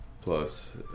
plus